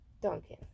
Duncan